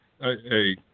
Hey